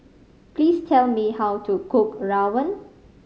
please tell me how to cook rawon